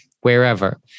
wherever